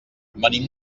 venim